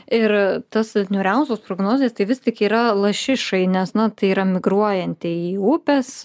ir tos vat niūriausios prognozės tai vis tik yra lašišai nes na tai yra migruojanti į upes